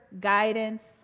guidance